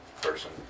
person